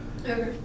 Okay